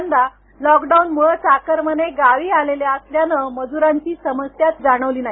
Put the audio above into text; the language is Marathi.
यंदा लॉकडाऊनमूळे चाकरमाने गावी आलेले असल्याने मजूरांची समस्या जाणवली नाही